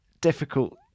difficult